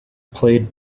played